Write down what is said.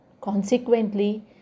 Consequently